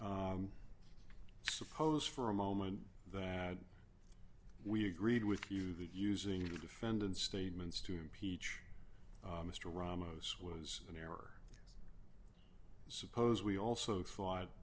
suppose for a moment that we agreed with you that using the defendant's statements to impeach mr ramos was an error suppose we also thought